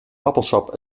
appelsap